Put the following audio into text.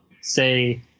say